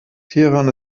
teheran